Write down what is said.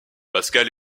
pascal